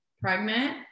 pregnant